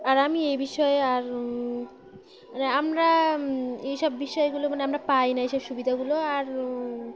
আর আমি এই বিষয়ে আর মানে আমরা এইসব বিষয়গুলো মানে আমরা পাই না এইসব সুবিধাগুলো আর